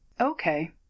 okay